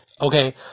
Okay